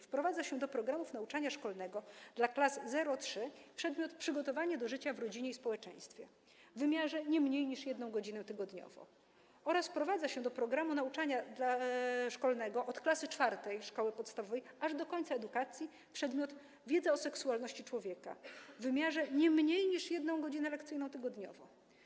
Wprowadza się do programów nauczania szkolnego dla klas 0-III przedmiot: przygotowanie do życia w rodzinie i społeczeństwie, w wymiarze nie mniejszym niż 1 godzina tygodniowo oraz wprowadza się do programu nauczania szkolnego od klasy IV szkoły podstawowej aż do końca edukacji przedmiot: wiedza o seksualności człowieka, w wymiarze nie mniejszym niż 1 godzina lekcyjna tygodniowo.